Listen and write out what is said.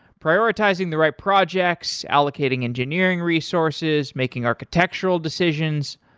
prioritizing the right projects, allocating engineering resources, making architectural decisions,